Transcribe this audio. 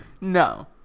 No